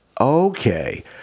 okay